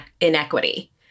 inequity